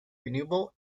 renewable